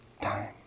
time